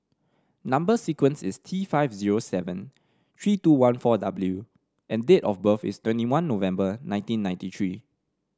number sequence is T five zero seven three two one four W and date of birth is twenty one November nineteen ninety three